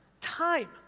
Time